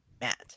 matt